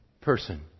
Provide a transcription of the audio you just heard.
person